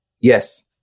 Yes